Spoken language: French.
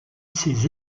ses